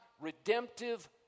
redemptive